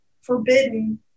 forbidden